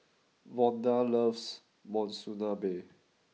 Vonda loves Monsunabe